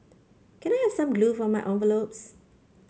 can I have some glue for my envelopes